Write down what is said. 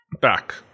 back